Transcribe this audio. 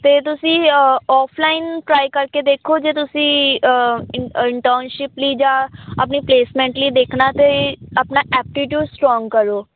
ਅਤੇ ਤੁਸੀਂ offline try ਕਰਕੇ ਦੇਖੋ ਜੇ ਤੁਸੀਂ ਇਨ ਇੰਟਰਨਸ਼ਿਪ ਲਈ ਜਾਂ ਆਪਣੀ ਪਲੇਸਮੈਂਟ ਲਈ ਦੇਖਣਾ ਅਤੇ ਆਪਣਾ ਐਪਟੀਟਿਊ ਸਟਰੋਂਗ ਕਰੋ